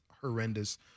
horrendous